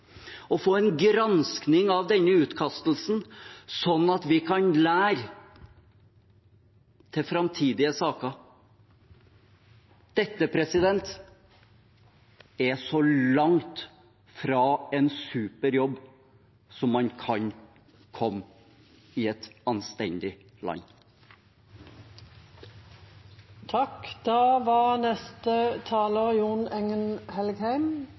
å få en gransking av denne utkastelsen, sånn at vi kan lære med tanke på framtidige saker. Dette er så langt fra en super jobb som man kan komme i et anstendig